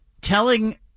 telling